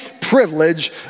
privilege